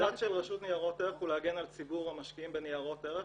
המנדט של הרשות לניירות ערך הוא להגן על ציבור המשקיעים בניירות ערך